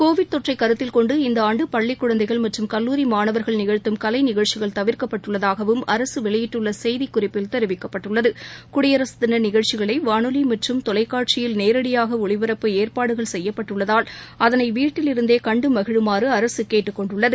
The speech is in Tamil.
கோவிட் தொற்றை கருத்தில் கொண்டு இந்த ஆண்டு பள்ளிக் குழந்தைகள் மற்றும் கல்லூரி மாணவர்கள் நிகழ்த்தும் கலை நிழ்ச்சிகள் தவிர்க்கப்பட்டுள்ளதாகவும் அரசு வெளியிட்டுள்ள செய்திக்குறிப்பில் தெரிவிக்கப்பட்டுள்ளது குடியரகதின நிகழ்ச்சிகளை வானொலி மற்றும் தொலைக்காட்சியில் நேரடியாக ஒளிபரப்ப ஏற்பாடுகள் செய்யப்பட்டுள்ளதால் அதனை வீட்டிலிருந்தே கண்டு மகிழுமாறு அரசு கேட்டுக்னெண்டுள்ளது